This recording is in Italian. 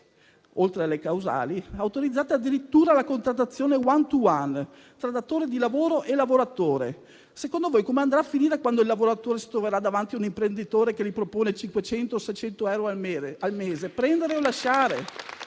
oltre alle causali, autorizzate addirittura la contrattazione *one to one* tra datore di lavoro e lavoratore. Secondo voi, come andrà a finire, quando il lavoratore si troverà davanti un imprenditore che gli propone 500 o 600 euro al mese? Prendere o lasciare.